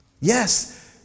Yes